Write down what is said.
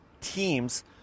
teams